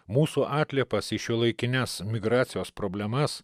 mūsų atliepas į šiuolaikines migracijos problemas